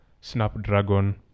Snapdragon